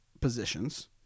positions